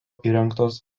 įrengtos